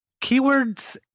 keywords